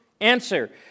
answer